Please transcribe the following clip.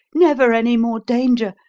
never any more danger,